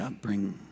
bring